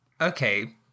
Okay